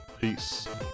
Peace